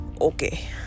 okay